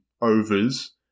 overs